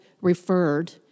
referred